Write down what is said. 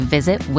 Visit